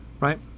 right